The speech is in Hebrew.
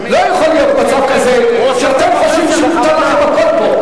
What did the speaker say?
לא יכול להיות מצב כזה שאתם חושבים שמותר לכם הכול פה.